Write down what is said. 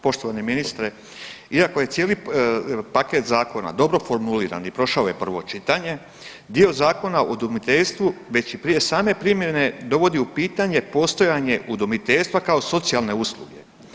Poštovani ministre, iako je cijeli paket zakona dobro formuliran i prošao je prvo čitanje, dio Zakona o udomiteljstvu već prije same primjene dovodi u pitanje postojanje udomiteljstva kao socijalne usluge.